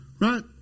Right